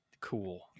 cool